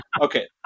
Okay